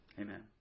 Amen